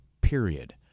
period